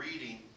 reading